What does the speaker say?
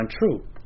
untrue